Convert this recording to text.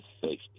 safety